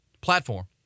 platform